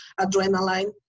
adrenaline